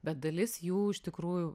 bet dalis jų iš tikrųjų